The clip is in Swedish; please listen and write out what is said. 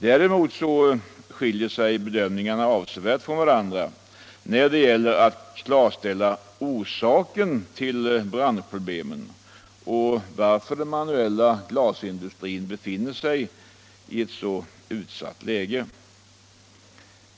Däremot skiljer sig bedömningarna avsevärt från varandra när det gäller att klarlägga orsakerna till branschproblemen och till att den manuella glasindustrin befinner sig i ett så utsatt läge.